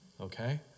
Okay